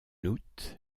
août